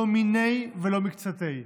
לא מניה ולא מקצתיה.